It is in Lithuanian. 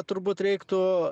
turbūt reiktų